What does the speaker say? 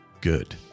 good